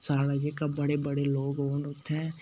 साढ़ा इ'यै कम्म बड़े बड़े लोक औन उत्थै